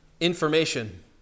information